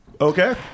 Okay